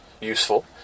useful